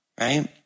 Right